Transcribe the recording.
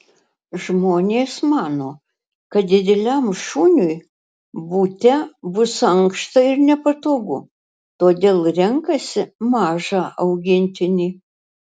žmonės mano kad dideliam šuniui bute bus ankšta ir nepatogu todėl renkasi mažą augintinį